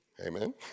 Amen